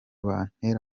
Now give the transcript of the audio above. bantera